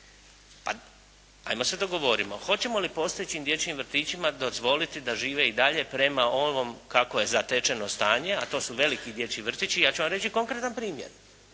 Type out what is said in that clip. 17. Hajmo da se dogovorimo. Hoćemo li postojećim dječjim vrtićima dozvoliti da žive i dalje prema onom kako je zatečeno stanje, a to su veliki dječji vrtići. I ja ću vam reći konkretan primjer.